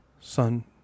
son